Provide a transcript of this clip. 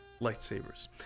lightsabers